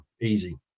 easy